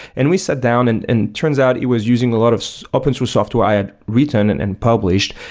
and we sat down and and turns out, it was using a lot of open-source software i had written and and published,